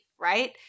Right